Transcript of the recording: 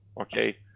okay